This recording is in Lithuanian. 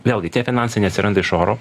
vėlgi tie finansai neatsiranda iš oro